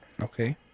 Okay